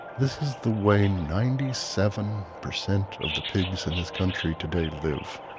this is the way ninety seven percent of the pigs in this country today live.